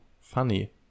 funny